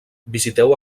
visiteu